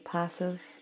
passive